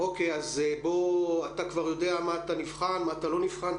אתה כבר יודע מה אתה נבחן, מה אתה לא נבחן?